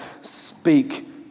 speak